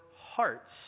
hearts